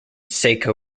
saco